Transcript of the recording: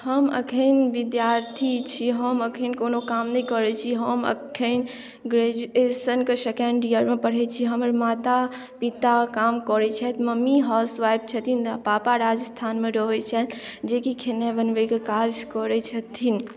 हम अखन विद्यार्थी छी हम अखन कोनो काम नहि करै छी हम अखन ग्रेजुएशन के सेकेण्ड ईयर मे पढ़ै छी हमर माता पिता काम करै छथि मम्मी हाउस वाइफ छथिन आ पापा राजस्थानमे रहै छथि जे कि खेनाइ बनबैके काज करै छथिन